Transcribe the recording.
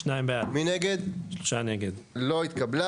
הצבעה בעד, 2 נגד, 3 נמנעים, 0 הרביזיה לא התקבלה.